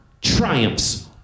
triumphs